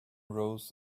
rose